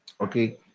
Okay